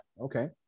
okay